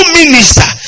minister